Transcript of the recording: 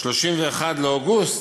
31 באוגוסט,